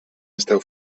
esteu